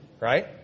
Right